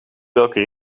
welke